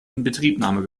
inbetriebnahme